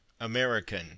American